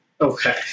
Okay